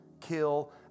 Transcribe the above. kill